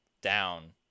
down